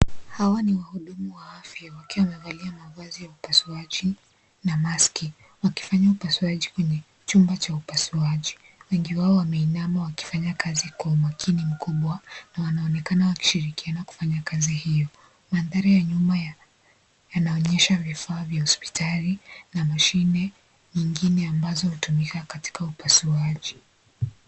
Hawa ni wahudumu wa afya wakiwa wamevalia mavazi ya upasuaji, na maski wakifanya upasuaji kwenye chumba cha upasuaji. Wengi wao wameinama wakifanya kazi kwa makini mkubwa na wanaonekana wakushirikiana kufanya kazi hiyo. Mandhari ya nyuma yanaonyesha vifaa vya hospitali na mashine, nyingine ambazo hutumika katika upasuaji.